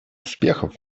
успехов